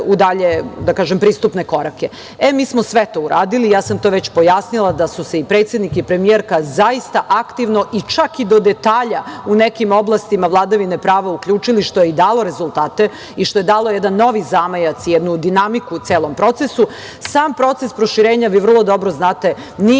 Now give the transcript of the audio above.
dalje pristupne korake. Mi smo sve to uradili, već sam to pojasnila, da su se i predsednik i premijerka zaista aktivno i čak i do detalja u nekim oblastima vladavine prava uključili što je i dalo rezultate i što je dalo jedan novi zamajac, jednu dinamiku u celom procesu. Sam proces proširenja, vi vrlo dobro znate, nije